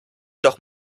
doch